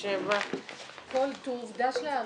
חייב אשפוזית ולשים אותה ברוח מדבר -- הלוואי.